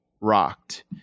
rocked